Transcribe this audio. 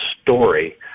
story